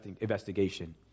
investigation